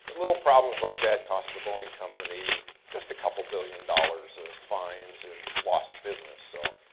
little problems like that caused the boeing company just a couple of billion dollars of fines and lost business. so